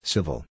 Civil